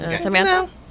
Samantha